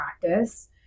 practice